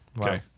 Okay